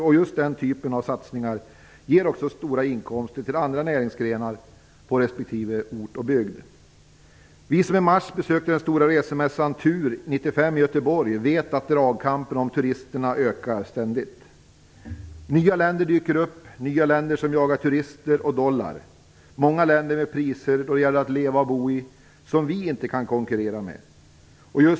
Och just den typen av satsningar ger också stora inkomster till andra näringsgrenar på respektive ort och i respektive bygd. Vi som i mars besökte den stora resemässan TUR 95 i Göteborg vet att dragkampen om turisterna ständigt ökar. Nya länder dyker upp, länder som jagar turister och dollar. I många länder är kostnaderna för att leva och bo sådana att vi inte kan konkurrera med dem.